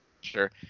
Sure